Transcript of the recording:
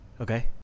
Okay